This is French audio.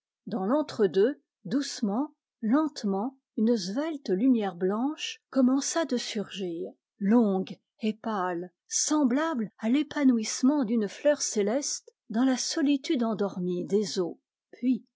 dans l'entre-deux doucement lentement une svelte lumière blanche commença de surgir longue et pâle semblable à l'épanouissement d'une fleur céleste dans la solitude endormie des eaux puis